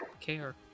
care